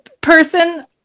person